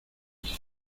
dije